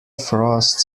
frost